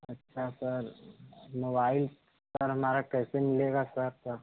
अच्छा sir mobile sir हमारा कैसे मिलेगा सर तब